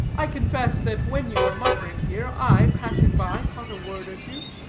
i confess that when you were muttering here i, passing by, caught a word or two,